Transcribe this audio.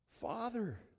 Father